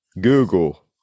Google